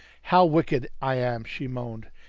how wicked i am! she moaned.